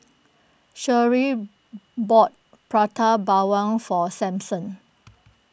Sherree bought Prata Bawang for Samson